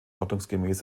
ordnungsgemäß